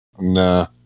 Nah